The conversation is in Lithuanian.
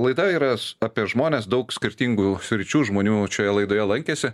laida yra apie žmones daug skirtingų sričių žmonių šioje laidoje lankėsi